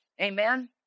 Amen